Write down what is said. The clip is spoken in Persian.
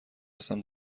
هستم